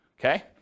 Okay